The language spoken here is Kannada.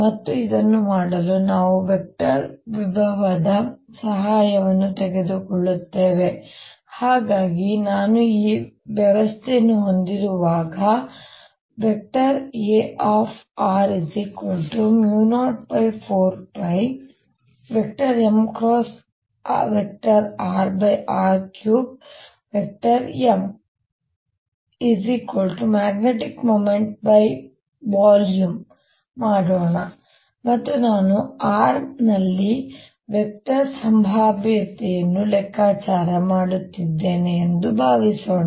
ಮತ್ತೆ ಇದನ್ನು ಮಾಡಲು ನಾವು ವೆಕ್ಟರ್ ವಿಭವದ ಸಹಾಯವನ್ನು ತೆಗೆದುಕೊಳ್ಳುತ್ತೇವೆ ಹಾಗಾಗಿ ನಾನು ಈ ವ್ಯವಸ್ಥೆಯನ್ನು ಹೊಂದಿರುವಾಗ ಇದನ್ನು Ar04πmrr3Mmagnetic momentvolume ಮಾಡೋಣ ಮತ್ತು ನಾನು r ನಲ್ಲಿ ವೆಕ್ಟರ್ ಸಂಭಾವ್ಯತೆಯನ್ನು ಲೆಕ್ಕಾಚಾರ ಮಾಡುತ್ತಿದ್ದೇನೆ ಎಂದು ಭಾವಿಸೋಣ